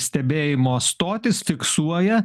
stebėjimo stotys fiksuoja